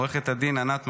עו"ד ענת מימון,